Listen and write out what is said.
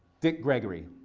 dick gregory.